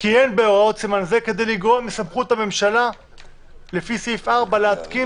"אין בהוראות סימן זה כדי לגרוע מסמכות הממשלה לפי סעיף 4 להתקין